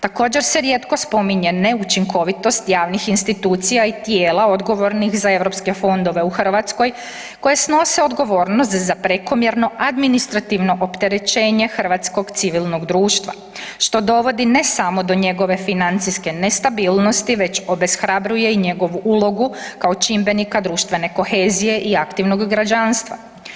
Također se rijetko spominje neučinkovitost javnih institucija i tijela odgovornih za europske fondove u Hrvatskoj koje snose odgovornost za prekomjerno administrativno opterećenje hrvatskog civilnog društva što dovodi ne samo do njegove financijske nestabilnosti već obeshrabruje i njegovu ulogu kao čimbenika društvene kohezije i aktivnog građanstva.